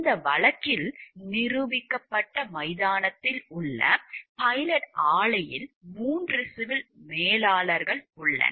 இந்த வழக்கில் நிரூபிக்கப்பட்ட மைதானத்தில் உள்ள பைலட் ஆலையில் 3 சிவில் மேலாளர்கள் உள்ளனர்